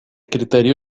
criterio